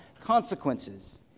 consequences